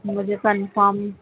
مجھے کنفرم